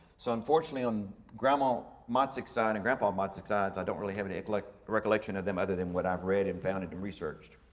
so unfortunately, on grandma macik's side and grandpa macik's sides, i don't really have any like recollection of them other than what i've read and found in researched.